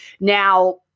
Now